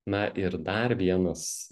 na ir dar vienas